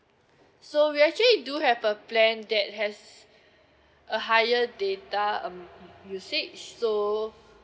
so we actually do have a plan that has a higher data um usage so